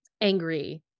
angry